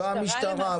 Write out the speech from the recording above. לא המשטרה,